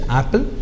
apple